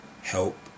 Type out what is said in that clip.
help